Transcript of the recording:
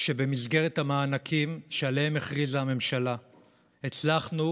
שבמסגרת המענקים שעליהם הכריזה הממשלה הצלחנו